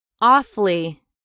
awfully